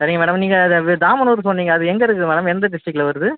சரிங்க மேடம் நீங்கள் அது தாமனூர் சொன்னீங்கள் அது எங்கே இருக்குது மேடம் எந்த டிஸ்ட்ரிக்ட்யில் வருது